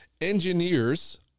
engineers